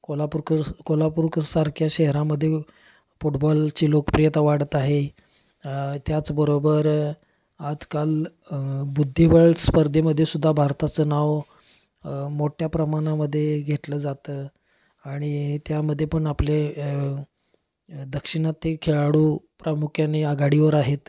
कोल्हापूरकर कोल्हापूरकसारख्या शहरामध्ये फुटबॉलची लोकप्रियता वाढत आहे त्याचबरोबर आजकाल बुद्धिबळ स्पर्धेमध्ये सुद्धा भारताचं नाव मोठ्या प्रमाणामध्ये घेतलं जातं आणि त्यामध्ये पण आपले दाक्षिणात्य खेळाडू प्रामुख्याने आघाडीवर आहेत